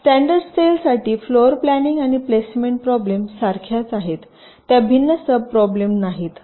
standard cell साठी floorplanning आणि placement problem सारख्याच आहेत त्या भिन्न सबप्रोब्लम नाहीत